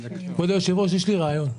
כבוד היושב ראש, יש לי רעיון.